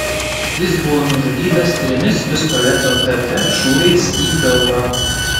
jis buvo nužudytas trimis pistoleto tt šūviais į pilvą